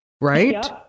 right